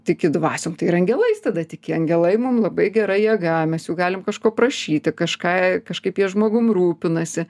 tiki dvasiom tai ir angelais tada tiki angelai mum labai gera jėga mes jų galim kažko prašyti kažką kažkaip jie žmogum rūpinasi